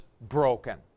broken